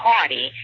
Party